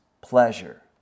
pleasure